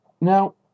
Now